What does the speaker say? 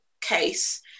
case